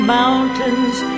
mountains